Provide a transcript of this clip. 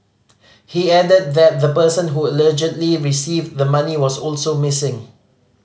he added that the person who allegedly received the money was also missing